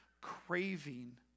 craving